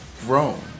grown